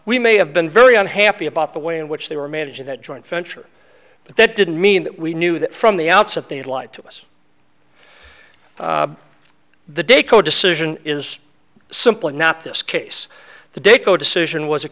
we may have been very unhappy about the way in which they were managing that joint venture but that didn't mean that we knew that from the outset they had lied to us the day co decision is simply not this case the date the decision was a